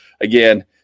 again